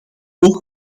ook